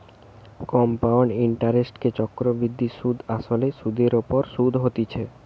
compound ইন্টারেস্টকে চক্রবৃদ্ধি সুধ আসলে সুধের ওপর শুধ হতিছে